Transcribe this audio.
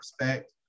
respect